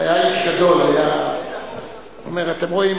היה איש גדול, היה אומר: אתם רואים?